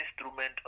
instrument